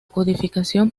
codificación